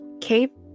Cape